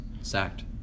sacked